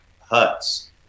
huts